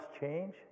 change